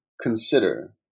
consider